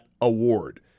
award